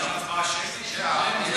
הצבעה שמית.